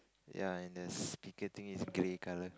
ya and there's speaker thing is grey color